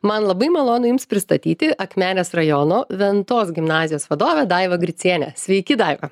man labai malonu jums pristatyti akmenės rajono ventos gimnazijos vadovę daivą gricienę sveiki daiva